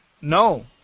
No